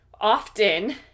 often